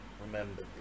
Remember